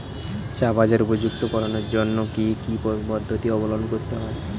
চা বাজার উপযুক্ত করানোর জন্য কি কি পদ্ধতি অবলম্বন করতে হয়?